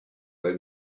they